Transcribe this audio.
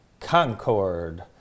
Concord